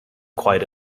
quite